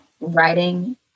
writing